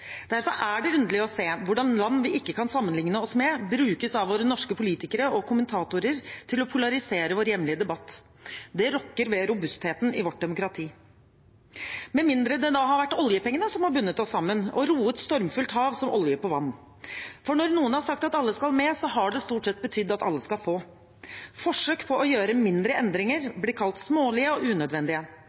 Derfor er det underlig å se hvordan land vi ikke kan sammenligne oss med, brukes av våre norske politikere og kommentatorer til å polarisere vår hjemlige debatt. Det rokker ved robustheten i vårt demokrati. Med mindre det da har vært oljepengene som har bundet oss sammen, og roet stormfullt hav som olje på vann – for når noen har sagt at alle skal med, har det stort sett betydd at alle skal få. Forsøk på å gjøre mindre endringer blir kalt smålige og unødvendige